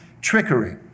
trickery